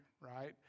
right